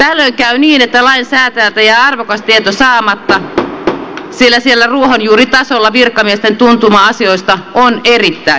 tällöin käy niin että lainsäätäjältä jää arvokas tieto saamatta sillä siellä ruohonjuuritasolla virkamiesten tuntuma asioista on erittäin hyvä